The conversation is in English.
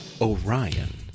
Orion